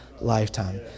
lifetime